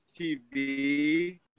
tv